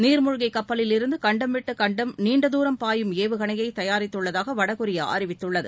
நீாமுழ்கி கப்பலில் இருந்து கண்டம் விட்டு கண்டம் நீண்டதுரம் பாயும் ஏவுகணைய தயாரித்துள்ளதாக வடகொரியா அறிவித்துள்ளது